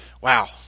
Wow